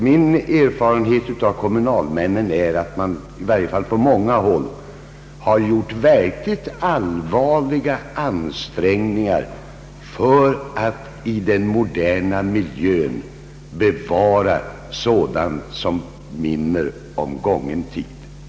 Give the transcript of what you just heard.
Min erfarenhet av kommunalmännen är att man på många håll har gjort verkligt allvarliga ansträngningar för att i den moderna miljön bevara sådant som minner om gången tid.